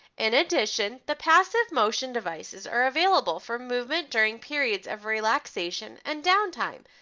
in addition, the passive motion devices are available for movement during periods of relaxation and downtime,